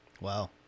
Wow